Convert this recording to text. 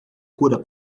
cura